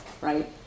right